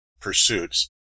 pursuits